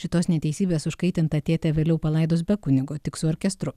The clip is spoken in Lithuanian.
šitos neteisybės užkaitintą tėtę vėliau palaidos be kunigo tik su orkestru